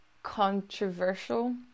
controversial